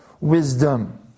wisdom